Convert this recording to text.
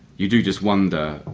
you do just wonder,